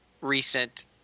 recent